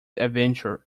adventure